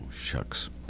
shucks